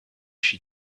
she